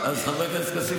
אז חבר הכנסת כסיף,